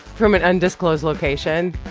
from an undisclosed location.